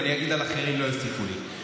אם אני אגיד על אחרים, לא יוסיפו לי.